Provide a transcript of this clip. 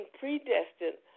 predestined